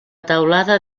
teulada